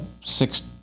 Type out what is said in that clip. six